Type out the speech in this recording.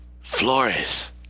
Flores